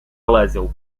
лазил